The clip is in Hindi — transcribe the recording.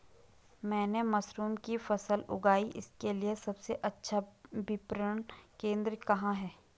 मैंने मशरूम की फसल उगाई इसके लिये सबसे अच्छा विपणन केंद्र कहाँ है?